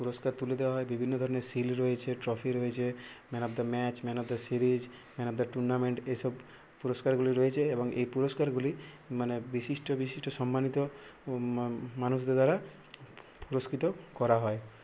পুরষ্কার তুলে দেওয়া হয় বিভিন্ন ধরনের শিল্ড রয়েছে ট্রফি রয়েছে man of the match man of the series man of the tournament এসব পুরষ্কারগুলি রয়েছে এবং এই পুরষ্কারগুলি মানে বিশিষ্ট বিশিষ্ট সম্মানিত মানুষদের দ্বারা পুরষ্কৃত করা হয়